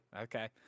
Okay